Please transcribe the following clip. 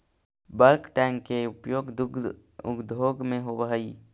bulk tank के उपयोग दुग्ध उद्योग में होवऽ हई